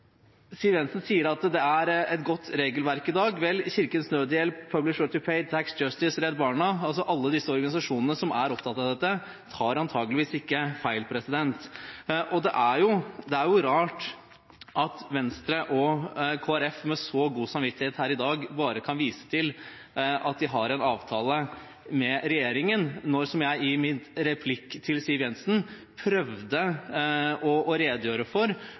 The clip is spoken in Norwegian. Siv Jensen sier at det er et godt regelverk i dag. Vel, Kirkens Nødhjelp, Publish What You Pay, Tax Justice Network, Redd Barna – alle de organisasjonene som er opptatt av dette – tar antakeligvis ikke feil. Det er rart at Venstre og Kristelig Folkeparti med god samvittighet her i dag bare kan vise til at de har en avtale med regjeringen, når jeg i min replikk til statsråd Siv Jensen prøvde å redegjøre for